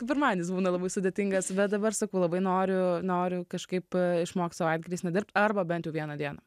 pirmadienis būna labai sudėtingas bet dabar sakau labai noriu noriu kažkaip išmokti savaitgaliais nedirbt arba bent vieną dieną